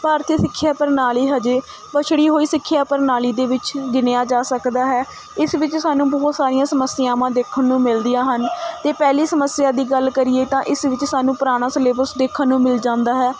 ਭਾਰਤੀ ਸਿੱਖਿਆ ਪ੍ਰਣਾਲੀ ਹਜੇ ਪੱਛੜੀ ਹੋਈ ਸਿੱਖਿਆ ਪ੍ਰਣਾਲੀ ਦੇ ਵਿੱਚ ਗਿਣਿਆ ਜਾ ਸਕਦਾ ਹੈ ਇਸ ਵਿੱਚ ਸਾਨੂੰ ਬਹੁਤ ਸਾਰੀਆਂ ਸਮੱਸਿਆਵਾਂ ਦੇਖਣ ਨੂੰ ਮਿਲਦੀਆਂ ਹਨ ਅਤੇ ਪਹਿਲੀ ਸਮੱਸਿਆ ਦੀ ਗੱਲ ਕਰੀਏ ਤਾਂ ਇਸ ਵਿੱਚ ਸਾਨੂੰ ਪੁਰਾਣਾ ਸਿਲੇਬਸ ਦੇਖਣ ਨੂੰ ਮਿਲ ਜਾਂਦਾ ਹੈ